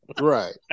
Right